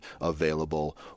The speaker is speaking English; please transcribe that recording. available